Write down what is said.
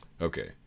okay